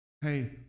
hey